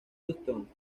houston